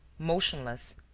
motionless,